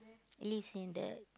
least in the